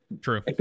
True